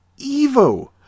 Evo